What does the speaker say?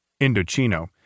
Indochino